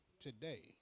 today